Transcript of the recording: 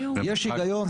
יש הגיון?